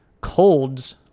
colds